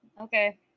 Okay